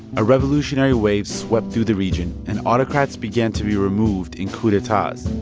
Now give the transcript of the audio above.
a revolutionary wave swept through the region, and autocrats began to be removed in coup d'etats.